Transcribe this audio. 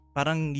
Parang